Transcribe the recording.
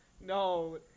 no